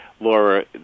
Laura